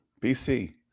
BC